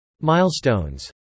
Milestones